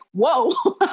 whoa